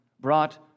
brought